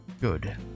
good